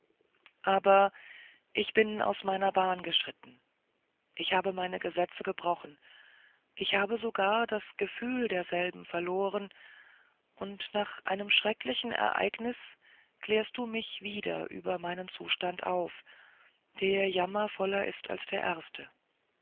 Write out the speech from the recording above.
aber ich bin aus meiner bahn geschritten ich habe meine gesetze gebrochen ich habe sogar das gefühl derselben verloren und nach einem schrecklichen ereignis klärst du mich wieder über meinen zustand auf der jammervoller ist als der erste